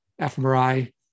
fMRI